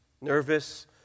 nervous